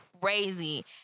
crazy